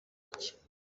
buke